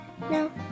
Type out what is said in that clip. No